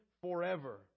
forever